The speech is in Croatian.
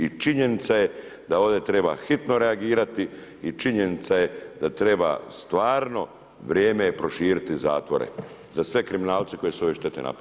I činjenica je da ovdje treba hitno reagirati i činjenica je da treba stvarno vrijeme je proširiti zatvore, za sve kriminalce koje su ove štete napravili.